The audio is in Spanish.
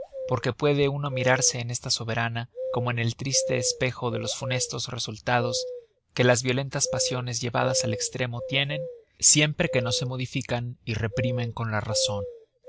porque puede uno mirarse en esta soberana como en el triste espejo de los funestos resultados que las violentas pasiones llevadas al estremo tienen siempre que no se modifican y reprimen con la razon